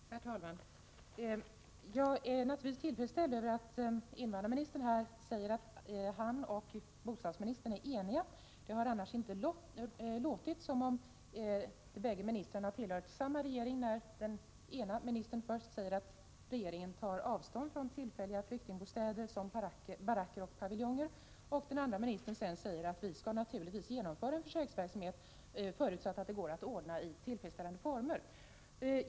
Herr talman! Jag är naturligtvis tillfredsställd med att invandrarministern här säger att han och bostadsministern är eniga. Det har annars inte låtit som om de båda ministrarna har tillhört samma regering, när den ena ministern först säger att regeringen tar avstånd från tillfälliga flyktingbostäder, som baracker och paviljonger, och den andra ministern sedan säger att vi naturligtvis skall genomföra en försöksverksamhet förutsatt att det går att ordna i tillfredsställande former.